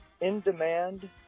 In-Demand